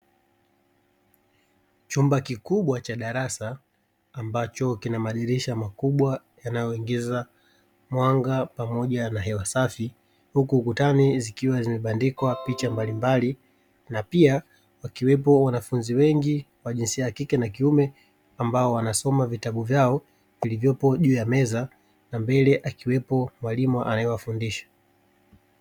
Chumba kikubwa cha darasa ambacho kina madirisha makubwa yanayoingiza mwanga pamoja na hewa safi, huku ukutani zikiwa zimebandikwa picha mbalimbali. Na pia kukiwepo wanafunzi wengi wa jinsia ya kike na kiume ambao wanasoma vitabu vyao vilivyopo juu ya meza, na mbele akiwepo mwalimu anayewafundisha.